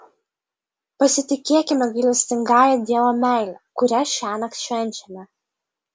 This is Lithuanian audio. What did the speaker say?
pasitikėkime gailestingąja dievo meile kurią šiąnakt švenčiame